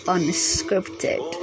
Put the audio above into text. Unscripted